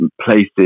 places